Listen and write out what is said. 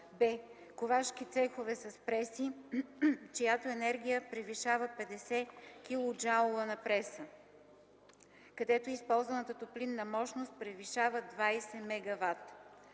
б) ковашки цехове с преси, чиято енергия превишава 50 килоджаула на преса, където използваната топлинна мощност превишава 20 MW;